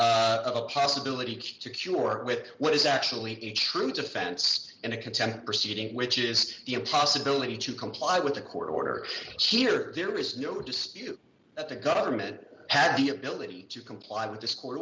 a possibility to cure with what is actually a true defense in a contempt proceedings which is the possibility to comply with a court order here there is no dispute that the government had the ability to comply with this court